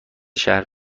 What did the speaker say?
شهر